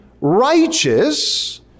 righteous